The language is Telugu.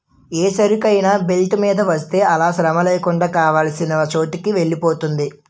ఏ సరుకైనా బెల్ట్ మీద వేస్తే అలా శ్రమలేకుండా కావాల్సిన చోటుకి వెలిపోతుంది